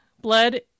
Blood